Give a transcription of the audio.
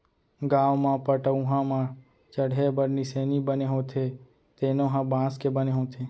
गाँव म पटअउहा म चड़हे बर निसेनी बने होथे तेनो ह बांस के बने होथे